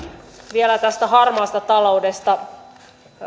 vielä tästä harmaasta taloudesta